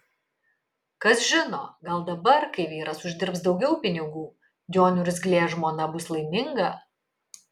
kas žino gal dabar kai vyras uždirbs daugiau pinigų jo niurzglė žmona bus laiminga